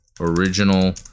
original